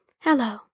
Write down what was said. Hello